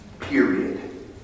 Period